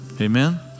Amen